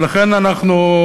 ולכן אנחנו,